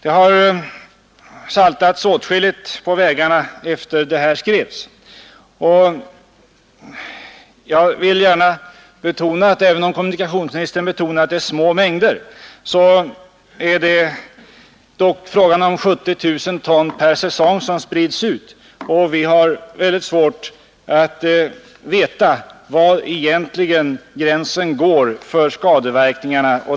Det har saltats åtskilligt på vägarna sedan detta skrevs, och jag vill betona att det, trots att kommunikationsministern framhåller att det är fråga om små mängder, dock av enbart statens vägverk sprids ut 70 000 ton vägsalt per säsong. Det är mycket svårt att ange var egentligen gränsen går för skadeverkningarna.